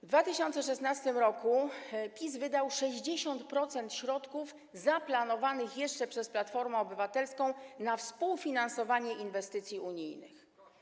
W 2016 r. PiS wydał 60% środków zaplanowanych jeszcze przez Platformę Obywatelską na współfinansowanie inwestycji unijnych.